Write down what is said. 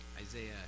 Isaiah